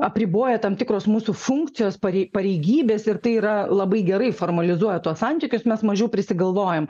apriboja tam tikros mūsų funkcijos parei pareigybės ir tai yra labai gerai formalizuoja tuos santykius mes mažiau prisigalvojam